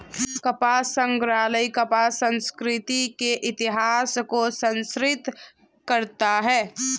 कपास संग्रहालय कपास संस्कृति के इतिहास को संरक्षित करता है